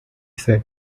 said